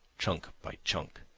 chunk by chunk,